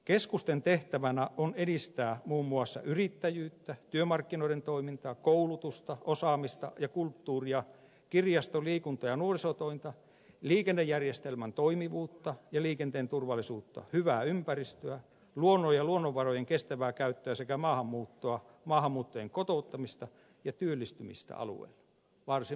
keskusten tehtävänä on edistää muun muassa yrittäjyyttä työmarkkinoiden toimintaa koulutusta osaamista ja kulttuuria kirjasto liikunta ja nuorisotointa liikennejärjestelmän toimivuutta ja liikenteen turvallisuutta hyvää ympäristöä luonnon ja luonnonvarojen kestävää käyttöä sekä maahanmuuttoa maahanmuuttajien kotouttamista ja työllistymistä alueilla varsin mittava kokonaisuus